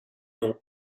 nom